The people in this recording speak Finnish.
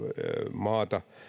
maata